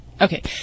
Okay